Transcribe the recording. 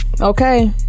Okay